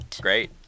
Great